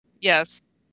Yes